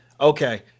Okay